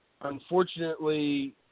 unfortunately